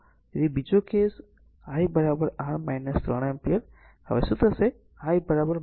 તેથી બીજો case r I r 3 ampere હવે શું થશે જો I 3 એમ્પીયર